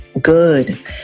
good